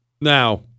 Now